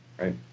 Right